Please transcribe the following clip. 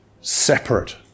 separate